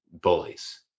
bullies